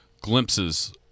glimpses